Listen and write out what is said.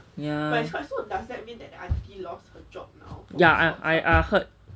ya ya I I I heard